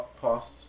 past